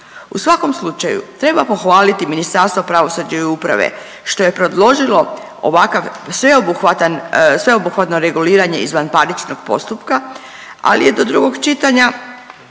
U svakom slučaju treba pohvaliti Ministarstvo pravosuđa i uprave što je predložilo ovakav sveobuhvatno reguliranje izvanparničnog postupka, ali je do drugog pitanja